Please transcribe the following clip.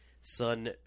son